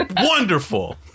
wonderful